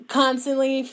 constantly